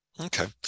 Okay